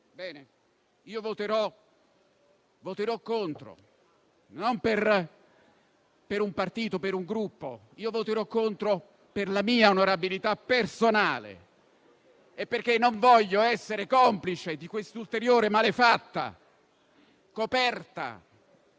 io voterò contro, non per un partito o per un Gruppo; io voterò contro per la mia onorabilità personale e perché non voglio essere complice di quest'ulteriore malefatta coperta.